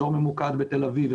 אזור ממוקד בתל אביב,